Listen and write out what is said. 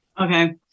Okay